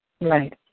Right